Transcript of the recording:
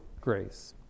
grace